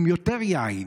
עם יותר יין.